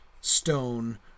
stone